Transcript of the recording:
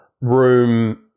room